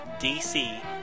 DC